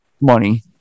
money